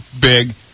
big